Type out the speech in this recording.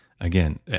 Again